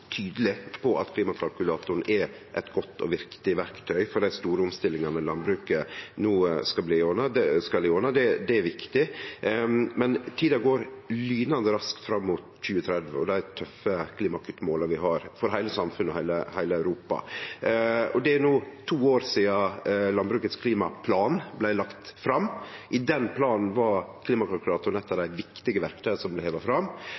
tydeleg på at klimakalkulatoren er eit godt og viktig verktøy for dei store omstillingane landbruket no skal igjennom. Det er viktig, men tida går lynande raskt fram mot 2030 og dei tøffe klimakuttmåla vi har for heile samfunnet og heile Europa. Det er no to år sidan Landbrukets klimaplan blei lagt fram. I den planen var klimakalkulatoren eit av dei viktige verktøya som blei heva fram,